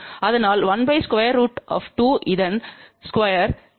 அதனால்1 √2 இதன் ஸ்கொயர் இருக்கும் என்று பொருள் 1 2